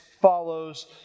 follows